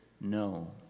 no